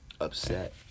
upset